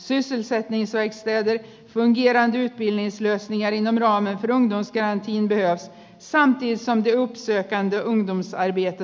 sysselsättningsverkstäder fungerande utbildningslösningar inom ramen för ungdomsgarantin behövs samtidigt som det uppsökande ungdomsarbetet har stärkts